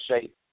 shape